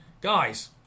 guys